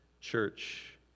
church